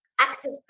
active